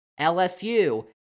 LSU